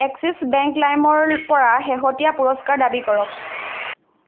axis bank লাইমৰ পৰা শেহতীয়া পুৰস্কাৰ দাবী কৰক